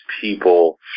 people